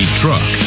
truck